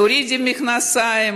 תורידי מכנסיים,